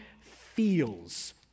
feels